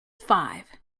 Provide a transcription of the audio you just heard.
five